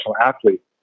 athlete